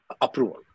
approval